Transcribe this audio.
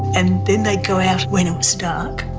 and then they'd go out when it was dark